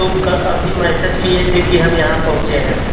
तुम अभी मैसेज किये थे कि हम यहाँ पहुँचे हैं